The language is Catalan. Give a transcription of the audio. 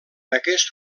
aquest